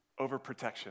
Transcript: overprotection